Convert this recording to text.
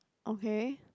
okay